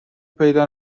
پیدا